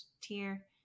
tier